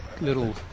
little